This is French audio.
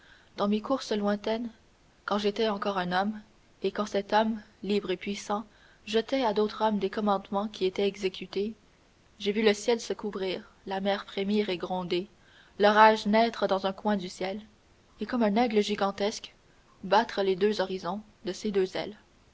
dans mes courses lointaines quand j'étais encore un homme et quand cet homme libre et puissant jetait à d'autres hommes des commandements qui étaient exécutés j'ai vu le ciel se couvrir la mer frémir et gronder l'orage naître dans un coin du ciel et comme un aigle gigantesque battre les deux horizons de ses deux ailes